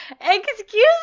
Excuse